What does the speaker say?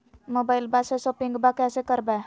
मोबाइलबा से शोपिंग्बा कैसे करबै?